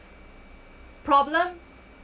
problem